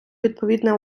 відповідне